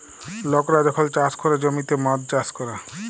লকরা যখল চাষ ক্যরে জ্যমিতে মদ চাষ ক্যরে